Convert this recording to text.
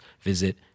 visit